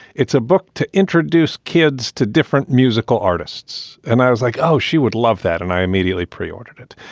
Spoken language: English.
it's a book to introduce kids to different musical artists. and i was like, oh, she would love that. and i immediately pre-ordered it.